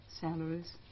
salaries